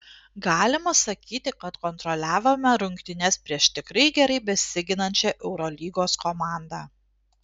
galima sakyti kad kontroliavome rungtynes prieš tikrai gerai besiginančią eurolygos komandą